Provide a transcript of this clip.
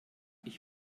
ich